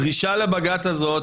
הדרישה לבג"ץ הזה,